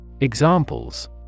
Examples